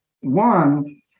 One